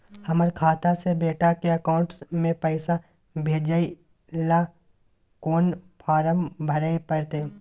हमर खाता से बेटा के अकाउंट में पैसा भेजै ल कोन फारम भरै परतै?